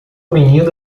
meninos